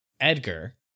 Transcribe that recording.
Edgar